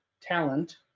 talent